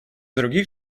других